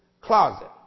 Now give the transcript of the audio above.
closet